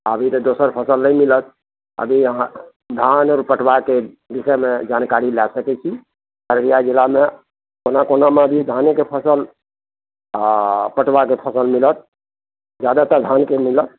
अभी तऽ दोसर फसल नहि मिलत अभी अहाँ धान आओर पटुआके विषयमे जानकारी लै सकैत छी अररिया जिलामे कोना कोनामे अभी धानेके फसल आ पटुआके फसल मिलत जादातर धानके मिलत